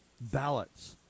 ballots